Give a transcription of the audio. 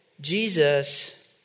Jesus